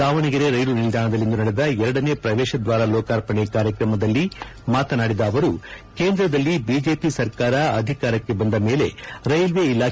ದಾವಣಗೆರೆ ರೈಲು ನಿಲ್ದಾಣದಲ್ಲಿಂದು ನಡೆದ ಎರಡನೇ ಪ್ರವೇತ ದ್ವಾರ ಲೋಕಾರ್ಪಣೆ ಕಾರ್ಯಕ್ರಮದಲ್ಲಿ ಮಾತನಾಡಿದ ಅವರುಕೇಂದ್ರದಲ್ಲಿ ಬಿಜೆಪಿ ಸರ್ಕಾರ ಅಧಿಕಾರಕ್ಕೆ ಬಂದ ಮೇಲೆ ರೈಲ್ವೆ ಇಲಾಖೆಗೆ ಹೊಸ ಕಾಯಕಲ್ಪ ನೀಡಲಾಗಿದೆ